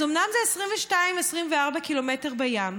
אז אומנם זה 22, 24 קילומטר בים,